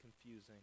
confusing